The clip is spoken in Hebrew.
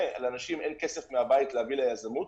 ולאנשים אין כסף מהבית להביא ליזמות,